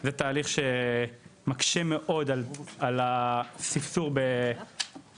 זה תהליך שמקשה מאוד על הספסור בפועלים,